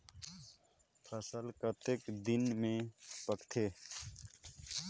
फसल कतेक दिन मे पाकथे?